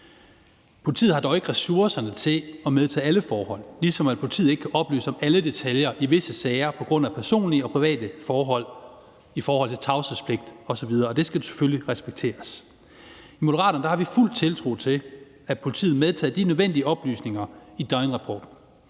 Politiet har dog ikke ressourcerne til at medtage alle forhold, ligesom politiet ikke kan oplyse om alle detaljer i visse sager på grund af personlige og private forhold, tavshedspligt osv., og det skal selvfølgelig respekteres. I Moderaterne har vi fuld tiltro til, at politiet medtager de nødvendige oplysninger i rapporten.